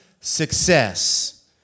success